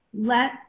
let